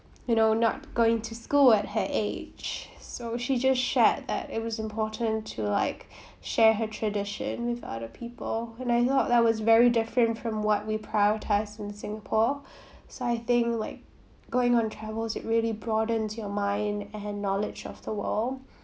you know not going to school at her age so she just shared that it was important to like share her tradition with other people and I thought that was very different from what we prioritise in singapore so I think like going on travels it really broadens your mind and knowledge of the world